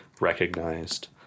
recognized